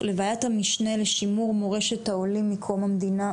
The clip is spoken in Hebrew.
לוועדת המשנה לשימור מורשת העולים מקום המדינה,